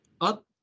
up